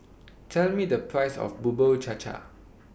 Tell Me The Price of Bubur Cha Cha